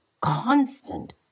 constant